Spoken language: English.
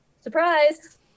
Surprise